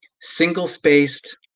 single-spaced